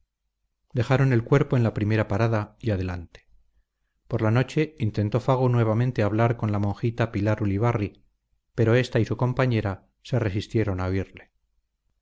dejaron el cuerpo en la primera parada y adelante por la noche intentó fago nuevamente hablar con la monjita pilar ulibarri pero ésta y su compañera se resistieron a